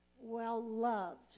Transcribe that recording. well-loved